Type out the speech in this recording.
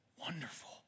Wonderful